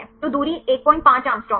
तो दूरी 15 Å है